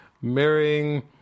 marrying